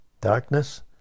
Darkness